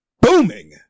booming